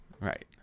Right